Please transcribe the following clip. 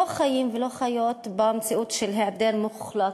לא חיים ולא חיות במציאות של היעדר מוחלט